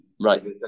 Right